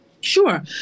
Sure